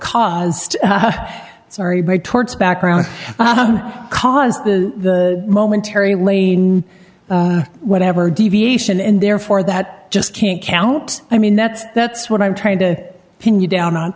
cause sorry by torts background caused momentary lane whatever deviation and therefore that just can't count i mean that's that's what i'm trying to pin you down